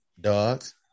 dogs